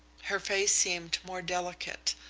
her face seemed more delicate,